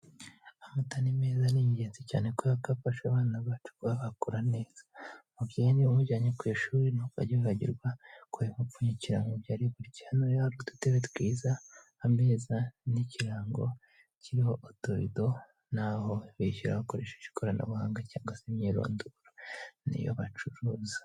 Amata ni meza ni ingenzi cyane kubera ko afasha abana bacu kuba bakura neza. Mubyeyi niba umujyanye ku ishuri ntukajye wibagirwa kuyamupfunyikira mubyo ari burye. Hano rero hari udutebe twiza, ameza n'ikirango kiriho utubido, n'aho bishyura bakoresheje ikoranabuhanga cyangwa se imyirondoro. Ni yo bacuruza.